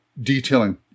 detailing